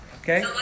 okay